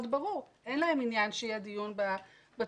ברור אין להם עניין שיהיה דיון בתוכנית.